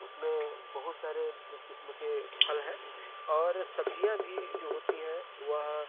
उसमें बहुत सारे किस्म के फल हैं और सब्जियाँ भी जो होती हैं वह